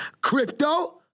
crypto